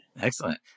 Excellent